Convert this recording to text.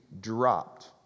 dropped